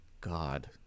god